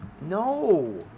No